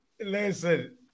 Listen